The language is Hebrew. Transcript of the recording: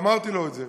ואמרתי לו את זה,